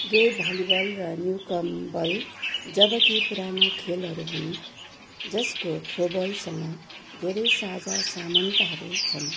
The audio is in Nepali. दुबै भलिबल र न्युकम्ब बल जबकि पुराना खेलहरू हुन् जसको थ्रोबलसँग धेरै साझा समानताहरू छन्